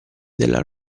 della